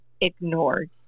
ignored